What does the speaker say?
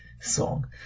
song